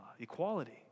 equality